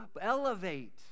elevate